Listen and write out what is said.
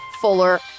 fuller